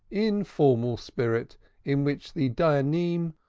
informal spirit in which the dayanim,